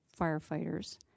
firefighters